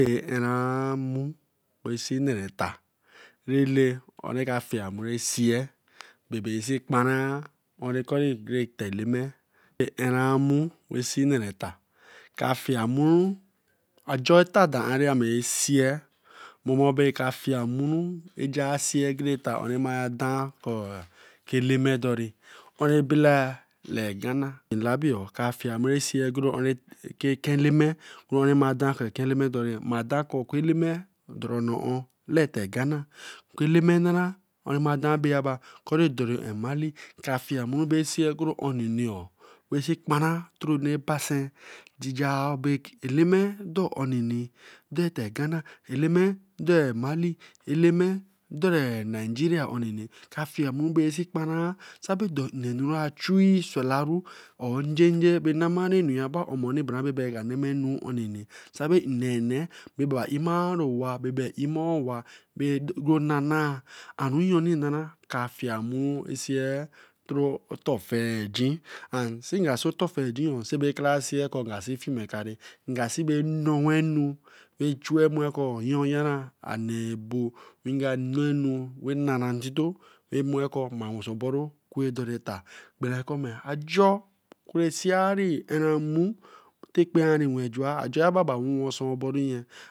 Ara nmu i see nara eta, afremece ra seer bae nsi kparan onni koir eta-eleme, aranamu, nsi nare eta ka fremure ka afer eta do ba ra mas sire frameru je sice ta ma dan kor aku eleme deri, like Shana, ka fcemura Sce gore to ani exu eleme ani ma dan ku ku eleme de co ne un ghana, kon danri Mali, a fiemaru basen yoro uminio vat paran a nu ra pasen Je ba eleme do, efiemens esé paran ka bre nanu rasie sard or nje bae namany emonc bra abie ka nova ra bi Afiemuru fra sce ctor afcegin, sin ka see ator fieqin Krasee ke inga sau ba necnu achus mua keeweeh nare intito ro mu ok may ma ya wesen boru kun dere tar brakomse ajor ro sceri emu ra kpenriwe joor a jor baba wewwnsoe obo nye.